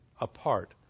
apart